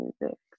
music